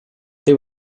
they